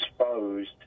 exposed